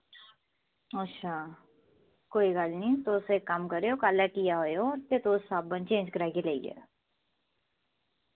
अच्छा कोई गल्ल निं तुस इक्क कम्म करेओ तुस हट्टिया आयो ते तुस साबन चेंज़ कराई लेई जायो